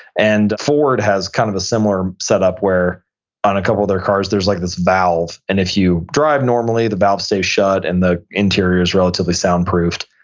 and ford has kind of a similar set up where on a couple of their cars there's like this valve, and if you drive normally, the valve stays shut and the interior is relatively soundproofed.